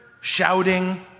shouting